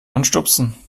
anstupsen